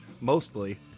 mostly